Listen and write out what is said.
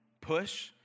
push